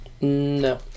No